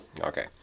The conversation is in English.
Okay